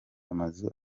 amazu